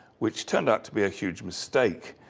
which turned out to be a huge mistake.